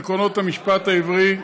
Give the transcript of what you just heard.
עקרונות המשפט העברי),